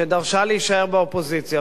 שדרשה להישאר באופוזיציה,